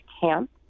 camp